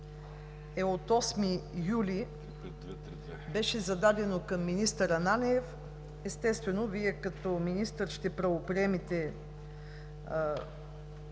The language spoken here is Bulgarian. е от 8 юли. Беше зададено към министър Ананиев. Естествено Вие като министър ще приемете